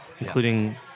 including